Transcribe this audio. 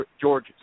George